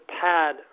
pad